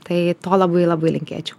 tai to labai labai linkėčiau